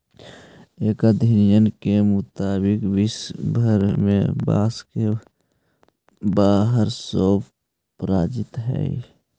एक अध्ययन के मुताबिक विश्व भर में बाँस के बारह सौ प्रजाति हइ